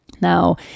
Now